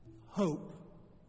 Hope